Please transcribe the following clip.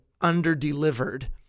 under-delivered